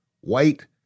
white